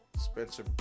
Spencer